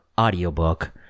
audiobook